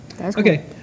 Okay